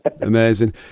Amazing